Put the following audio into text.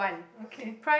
okay